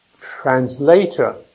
translator